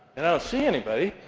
and ah see anybody.